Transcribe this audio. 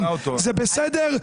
זה בסדר,